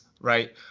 right